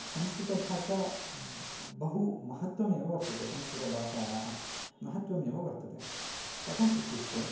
संस्कृतभाषा बहु महत्त्वमेव वर्तते संस्कृतभाषायाः महत्त्वमेवं वर्तते कथम् इत्युक्ते